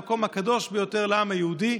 המקום הקדוש ביותר לעם היהודי,